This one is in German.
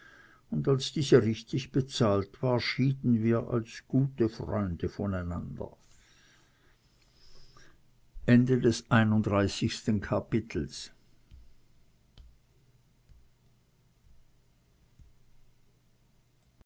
schadlos als diese richtig bezahlt war schieden wir als gute freunde von